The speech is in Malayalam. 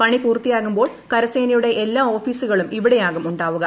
പണി പൂർത്തിയാകുമ്പോൾ കരസേനയുടെ എല്ലാ ഓഫീസുകളും ഇവിടെയ്ടാകും ഉണ്ടാവുക